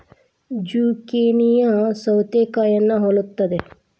ಜುಕೇನಿಯೂ ಸೌತೆಕಾಯಿನಾ ಹೊಲುತ್ತದೆ